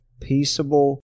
peaceable